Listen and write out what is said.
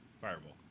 Fireball